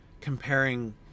comparing